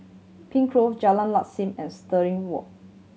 Pine Grove Jalan Lam Sam and Stirling Walk